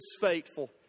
faithful